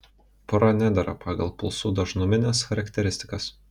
pora nedera pagal pulsų dažnumines charakteristikas